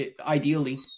ideally